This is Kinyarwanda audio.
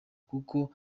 kuko